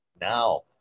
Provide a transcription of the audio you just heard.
now